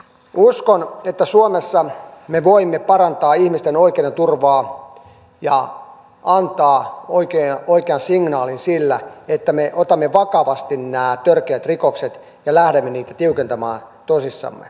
uskon että suomessa me voimme parantaa ihmisten oikeusturvaa ja antaa oikean signaalin sillä että me otamme vakavasti nämä törkeät rikokset ja lähdemme niiden rangaistuksia tiukentamaan tosissamme